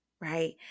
right